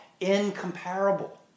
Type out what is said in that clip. incomparable